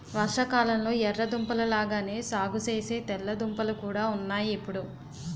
వర్షాకాలంలొ ఎర్ర దుంపల లాగానే సాగుసేసే తెల్ల దుంపలు కూడా ఉన్నాయ్ ఇప్పుడు